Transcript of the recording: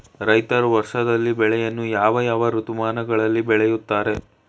ರೈತರು ವರ್ಷದಲ್ಲಿ ಬೆಳೆಯನ್ನು ಯಾವ ಯಾವ ಋತುಮಾನಗಳಲ್ಲಿ ಬೆಳೆಯುತ್ತಾರೆ?